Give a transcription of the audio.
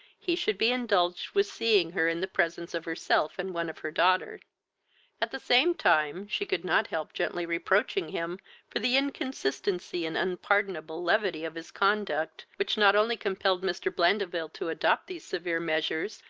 he should be indulged with seeing her in the presence of herself and one of her daughter at the same time she could not help gently reproaching him for the inconsistency and unpardonable levity of his conduct, which not only compelled mr. blandeville to adopt these severe measures,